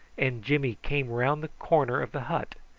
and jimmy came round the corner of the hut.